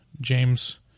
James